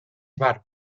bàrbars